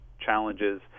challenges